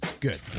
Good